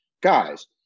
guys